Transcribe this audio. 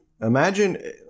Imagine